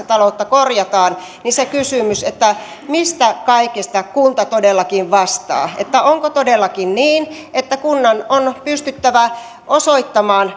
taloutta korjataan se kysymys mistä kaikesta kunta todellakin vastaa onko todellakin niin että kunnan on pystyttävä myös osoittamaan